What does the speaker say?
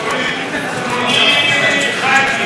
אני עובר להצבעה על הסתייגות 1,